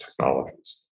technologies